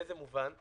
באיזה מובן?